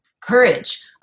courage